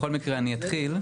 בכל מקרה, אני אתחיל.